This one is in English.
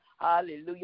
hallelujah